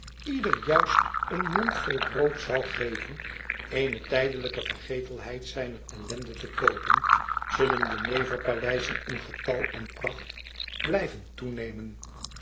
ieder juist een mondvol brood zou geven eene tijdelijke vergetelheid zijner ellende te koopen zullen jeneverpaleizen in getal en pracht blijven toenemen